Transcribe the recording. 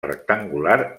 rectangular